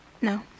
No